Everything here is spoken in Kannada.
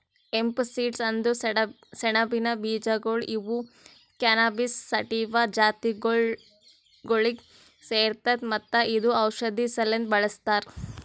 ಹೆಂಪ್ ಸೀಡ್ಸ್ ಅಂದುರ್ ಸೆಣಬಿನ ಬೀಜಗೊಳ್ ಇವು ಕ್ಯಾನಬಿಸ್ ಸಟಿವಾ ಜಾತಿಗೊಳಿಗ್ ಸೇರ್ತದ ಮತ್ತ ಇದು ಔಷಧಿ ಸಲೆಂದ್ ಬಳ್ಸತಾರ್